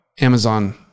Amazon